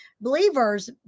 believers